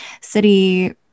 city